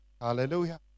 Hallelujah